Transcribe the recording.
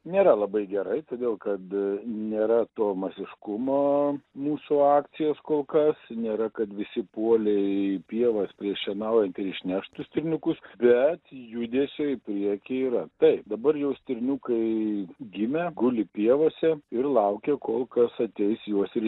nėra labai gerai todėl kad nėra to masiškumo mūsų akcijos kol kas nėra kad visi puolė į pievas prieš šienaujant išnešt tuos stirniukus bet judesio į priekį yra taip dabar jau stirniukai gimė guli pievose ir laukia kol kas ateis juos ir